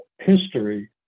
history